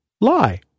lie